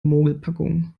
mogelpackung